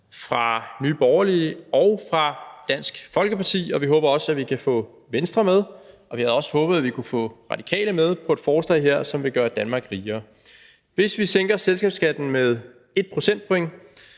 fra Nye Borgerlige og fra Dansk Folkeparti, og vi håber også, at vi kan få Venstre med; vi havde også håbet, at vi kunne have fået Radikale med på et forslag her, som vil gøre Danmark rigere. Hvis vi sænker selskabsskatten med 1